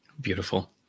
Beautiful